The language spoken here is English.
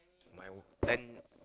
my ten